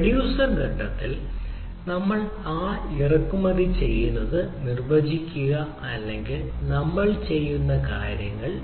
reducer ഘട്ടത്തിൽ നമ്മൾ ആ ഇറക്കുമതി ചെയ്യുന്നത് ആണ് അത് നിർവ്വചിക്കുക അല്ലെങ്കിൽ നമ്മൾ ചെയ്യുന്ന കാര്യങ്ങളിൽ